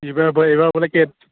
এইবাৰ এইবাৰ বোলে